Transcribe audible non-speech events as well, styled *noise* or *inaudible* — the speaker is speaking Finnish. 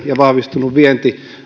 ja vahvistunut vienti *unintelligible*